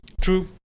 True